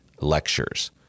lectures